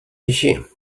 així